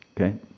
Okay